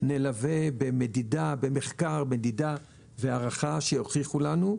נלווה במדידה, במחקר מדידה והערכה שיוכיחו לנו,